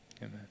Amen